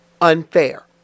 Unfair